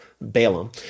Balaam